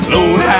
Lord